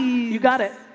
you got it.